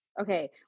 okay